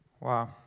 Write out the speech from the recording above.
Wow